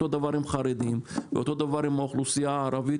אותו דבר עם חרדים ואותו דבר עם האוכלוסייה הערבית